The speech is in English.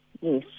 Yes